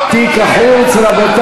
אפילו לא נתתם לו להקריא את ההודעה, רבותי.